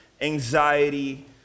anxiety